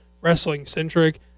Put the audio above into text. wrestling-centric